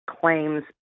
claims